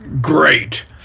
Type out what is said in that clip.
great